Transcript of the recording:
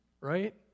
right